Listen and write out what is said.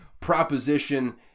proposition